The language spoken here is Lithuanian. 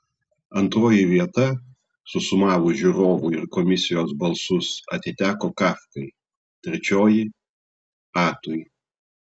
antroji vieta susumavus žiūrovų ir komisijos balsus atiteko kafkai trečioji atui